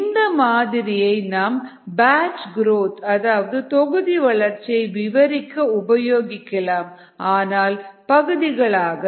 1xdxdt இந்த மாதிரியை நாம் பேட்ச் குரோத் அதாவது தொகுதி வளர்ச்சியை விவரிக்க உபயோகிக்கலாம் ஆனால் பகுதிகளாக